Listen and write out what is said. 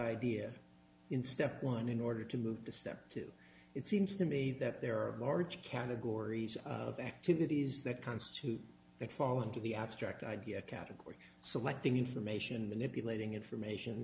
idea in step one in order to move to step two it seems to me that there are large categories of activities that constitute that fall into the abstract idea category selecting information manipulating information